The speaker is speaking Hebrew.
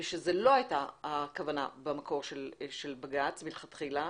ושזאת במקור לא הייתה הכוונה של בג"ץ מלכתחילה.